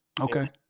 Okay